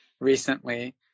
recently